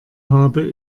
habe